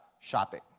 shopping